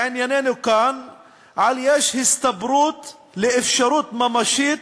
לענייננו כאן, על הסתברות לאפשרות ממשית